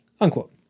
Unquote